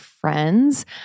friends